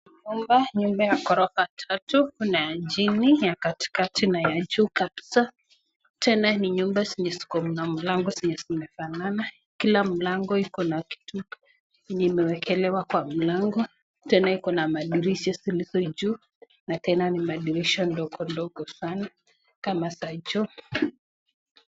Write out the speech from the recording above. Nyumba, nyumba ya gorofa tati , kuna ya chini ya katikati na ya juu kabisaa. Tena ni nyumba zenye zikona mlango zenye zinafanana, kila mlango ikona kitu yenye imeekelewa kwa mlango, tena ikona madirisha zilizo juu, na tena ni madirisha dogo dogo sana kama za choo.